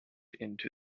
into